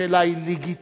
השאלה היא לגיטימית